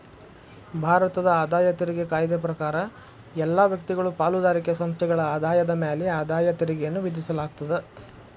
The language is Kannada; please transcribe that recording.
ಭಾರತದ ಆದಾಯ ತೆರಿಗೆ ಕಾಯ್ದೆ ಪ್ರಕಾರ ಎಲ್ಲಾ ವ್ಯಕ್ತಿಗಳು ಪಾಲುದಾರಿಕೆ ಸಂಸ್ಥೆಗಳ ಆದಾಯದ ಮ್ಯಾಲೆ ಆದಾಯ ತೆರಿಗೆಯನ್ನ ವಿಧಿಸಲಾಗ್ತದ